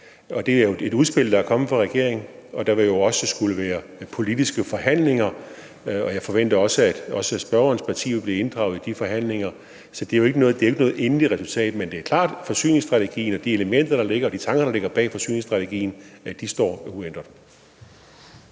Det er et udspil, der er kommet fra regeringen, og der vil også skulle være politiske forhandlinger. Jeg forventer, at også spørgerens parti vil blive inddraget i de forhandlinger, så der er jo ikke noget endeligt resultat. Men det er klart, at forsyningsstrategien og de elementer og tanker, der ligger bag forsyningsstrategien, står uændret.